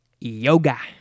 yoga